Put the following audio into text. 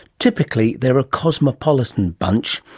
typically they are a cosmopolitan bunch,